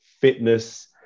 fitness